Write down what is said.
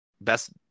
best